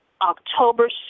October